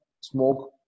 smoke